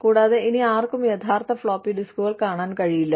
കൂടാതെ ഇനി ആർക്കും യഥാർത്ഥ ഫ്ലോപ്പി ഡിസ്കുകൾ കാണാൻ കഴിയില്ല